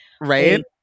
Right